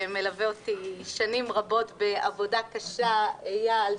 שמלווה אותי שנים רבות בעבודה קשה אייל,